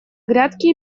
грядке